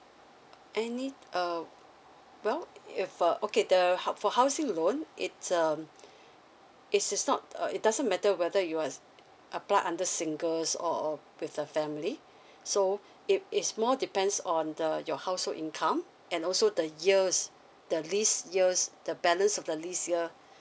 any uh well if uh okay the hou~ for housing loan it's um it's it's not a it doesn't matter whether you are apply under singles or with the family so it is more depends on the your household income and also the years the lease years the balance of the lease year